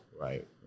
Right